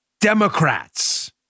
Democrats